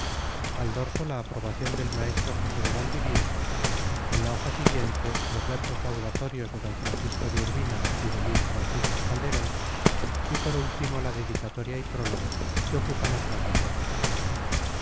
al dorso la aprobacion del maestro josé de valdivieso en la hoja siguiente los versos laudatorios de don francisco de urbina y de luis francisco calderon y por último la dedicatoria y prólogo que ocupan otras dos hojas